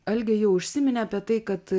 algė jau užsiminė apie tai kad